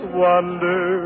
wander